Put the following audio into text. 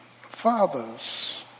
Fathers